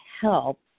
help